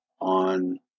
on